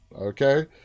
okay